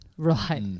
Right